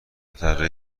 طراحی